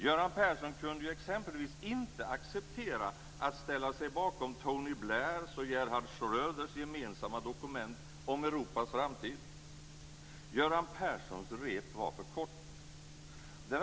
Göran Persson kunde ju exempelvis inte acceptera att ställa sig bakom Tony Blairs och Gerhard Schröders gemensamma dokument om Europas framtid. Göran Perssons rep var för kort.